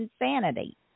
insanity